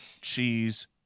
cheese